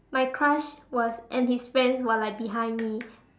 my crush was and his friends were like behind me